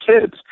kids